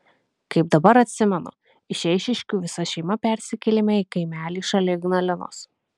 kaip dabar atsimenu iš eišiškių visa šeima persikėlėme į kaimelį šalia ignalinos